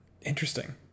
Interesting